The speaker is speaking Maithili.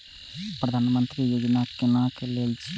प्रधानमंत्री यौजना किनका लेल छिए?